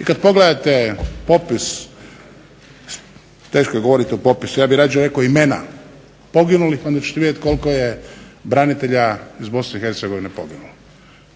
I kad pogledate popis, teško je govoriti o popisu, ja bih radije rekao imena poginulih onda ćete vidjet koliko je branitelja iz Bosne i Hercegovine poginulo.